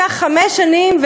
לקח חמש שנים,